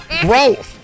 growth